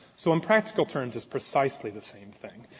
so in practical terms, it's precisely the same thing.